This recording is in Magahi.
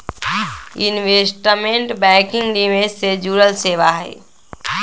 इन्वेस्टमेंट बैंकिंग निवेश से जुड़ल सेवा हई